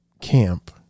camp